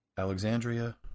Alexandria